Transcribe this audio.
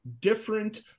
different